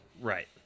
Right